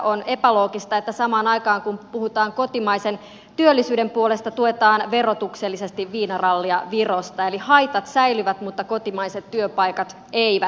on epäloogista että samaan aikaan kun puhutaan kotimaisen työllisyyden puolesta tuetaan verotuksellisesti viinarallia virosta eli haitat säilyvät mutta kotimaiset työpaikat eivät